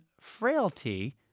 frailty